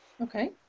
Okay